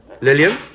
Lillian